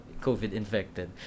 COVID-infected